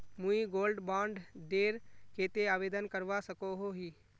मुई gold bond डेर केते आवेदन करवा सकोहो ही?